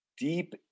deep